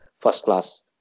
first-class